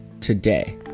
today